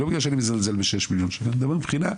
אדם יודע,